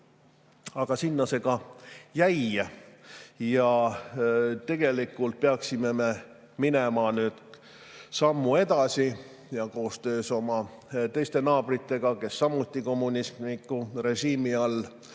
Aga sinna see ka jäi. Tegelikult peaksime minema nüüd sammu edasi ja koostöös oma naabritega, kes samuti kommunistliku režiimi all